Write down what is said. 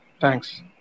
Thanks